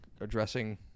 addressing